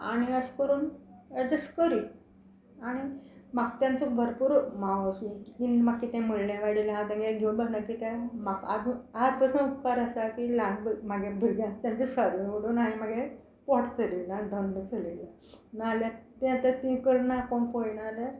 आनी अशें करून एडजस्ट करी आनी म्हाका तेंचो भरपूर मावशे तेणी म्हाका कितें म्हळ्ळें वायट धरलें हांव तेंगे घेवन बसना कित्या म्हाका आजून आज पसन उपकार आसा की ल्हान म्हागे भुरग्या भुरग्याक तेंचे सुवादीन वडोवन हांवें मागे पोट चलयला धंदो चलयलो नाल्यार तें तर तीं करना कोण पळयना जाल्यार